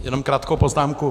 Jenom krátkou poznámku.